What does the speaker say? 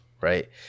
right